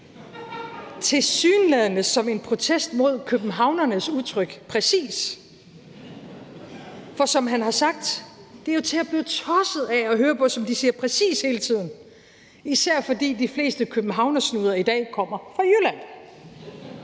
tilsyneladende som en protest mod københavnernes udtryk »præcis«. For som han har sagt: Det er jo til at blive tosset af at høre på, som de siger »præcis« hele tiden, især fordi de fleste københavnersnuder i dag kommer fra Jylland!